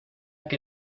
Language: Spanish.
qué